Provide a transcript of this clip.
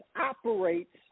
Operates